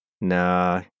Nah